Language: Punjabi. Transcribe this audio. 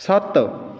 ਸੱਤ